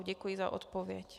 Děkuji za odpověď.